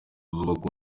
zubaka